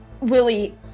Willie